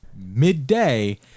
midday